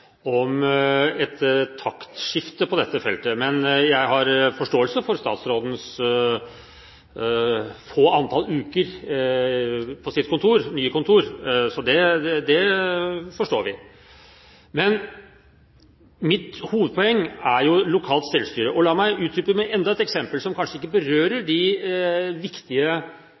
om et taktskifte på dette feltet. Men jeg har forståelse for at statsråden har hatt få antall uker på sitt nye kontor – det forstår vi. Mitt hovedpoeng er lokalt selvstyre. La meg utdype med enda et eksempel, som kanskje ikke berører de viktige